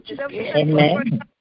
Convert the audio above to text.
Amen